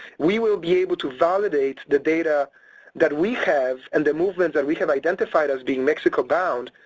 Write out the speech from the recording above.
we will be able to validate the data that we have and the movement that we have identified as being mexico bound,